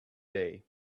day